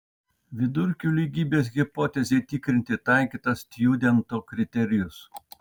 vidurkių lygybės hipotezei tikrinti taikytas stjudento kriterijus